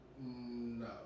No